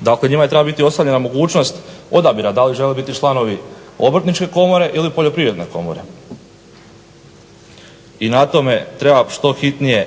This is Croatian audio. Dakle, njima je trebala biti ostavljena mogućnost odabira da li žele biti članovi Obrtničke komore ili Poljoprivredne komore. I na tome treba što hitnije